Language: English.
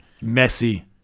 Messy